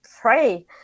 pray